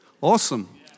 awesome